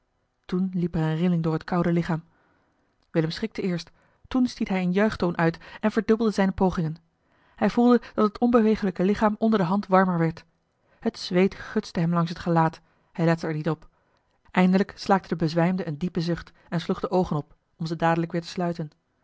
er eene rilling door het koude lichaam willem schrikte eerst toen stiet hij een juichtoon uit en verdubbelde zijne pogingen hij voelde dat het onbeweeglijke lichaam onder de hand warmer werd het zweet gutste hem langs het gelaat hij lette er niet op eindelijk slaakte de bezwijmde een diepen zucht en sloeg de oogen op om ze dadelijk weer te sluiten